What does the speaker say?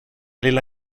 lilla